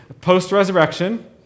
post-resurrection